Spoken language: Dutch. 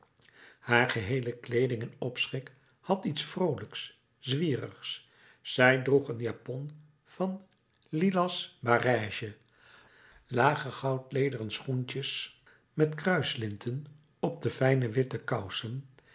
haar geheele kleeding en opschik had iets vroolijks zwierigs zij droeg een japon van lilas barège lage goudlederen schoentjes met kruislinten op de fijne witte kousen